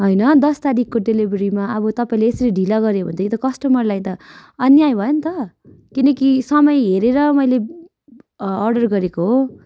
होइन दस तारिखको डेलिभेरीमा अब तपाईँले यसरी ढिला गऱ्यो भने त यो त कस्टमरलाई त अन्याय भयो नि त किनकि समय हेरेर मैले अर्डर गरेको हो